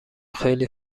خیلی